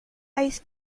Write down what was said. eyes